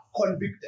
convicted